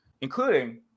including